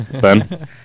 Ben